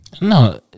no